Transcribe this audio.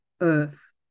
earth